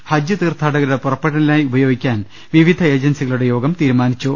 ഹജജ് തീർഥാടകരുടെ പുറപ്പെടലി നായി ഉപയോഗിക്കാൻ വിവിധ ഏജൻസികളുടെ യോഗം തീരുമാനിച്ചു